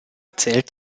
zählt